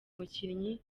mukinnyi